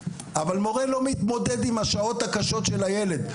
אבל מורה לא מתמודד עם השעות הקשות של הילד.